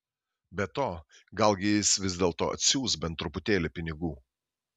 be to galgi jis vis dėlto atsiųs bent truputėlį pinigų